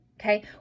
Okay